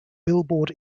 billboard